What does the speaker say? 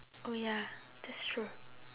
oh ya that's true